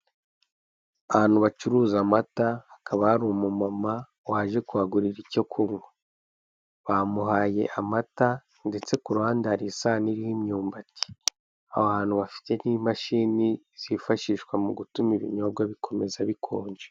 Ahantu bacuruza amata hakaba hari umumama waje kuahagurira icyo kunywa bamuhaye amata ndetse ku ruhande hari isahani iriho imyumbati, aho ahantu bafite n'imashini zifashishwa mu gutuma ibinyobwa bikomeza bikonje.